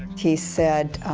he said,